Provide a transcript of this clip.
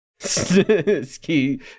ski